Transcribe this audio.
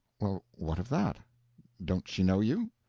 well, what of that don't she know you?